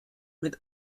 mit